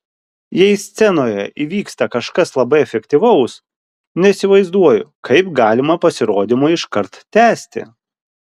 jei scenoje įvyksta kažkas labai efektyvaus neįsivaizduoju kaip galima pasirodymą iškart tęsti